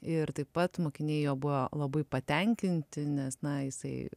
ir taip pat mokiniai jo buvo labai patenkinti nes na jisai